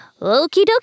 ...okie-dokie